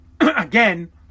...again